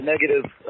negative